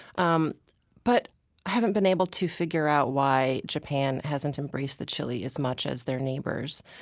um but i haven't been able to figure out why japan hasn't embraced the chili as much as their neighbors.